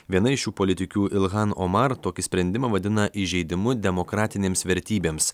viena iš šių politikių ilhan omar tokį sprendimą vadina įžeidimu demokratinėms vertybėms